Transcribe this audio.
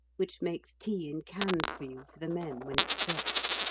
which makes tea in cans for you for the men when it stops.